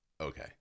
okay